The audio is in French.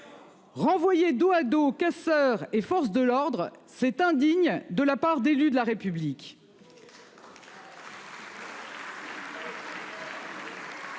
Renvoyer dos à dos casseurs et forces de l'ordre. C'est indigne de la part d'élus de la République.